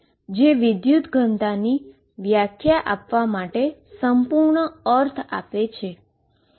જે કરંટ ડેન્સીટીની વ્યાખ્યા આપવા માટે સંપૂર્ણ અર્થ આપે છે